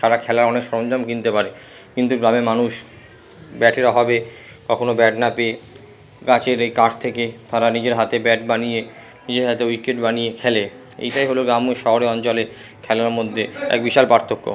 তারা খেলার অনেক সরঞ্জাম কিনতে পারে কিন্তু গ্রামের মানুষ ব্যাটের অভাবে কখনো ব্যাট না পেয়ে গাছের ওই কাঠ থেকে তারা নিজের হাতে ব্যাট বানিয়ে নিজের হাতে উইকেট বানিয়ে খেলে এইটাই হলো গ্রাম ও শহরের অঞ্চলে খেলার মধ্যে এক বিশাল পার্থক্য